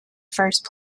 first